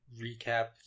recap